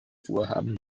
vorhaben